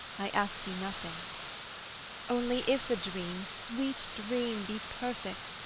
i ask you nothing only, if a dream, sweet dream, be perfect.